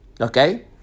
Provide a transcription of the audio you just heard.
Okay